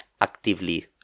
actively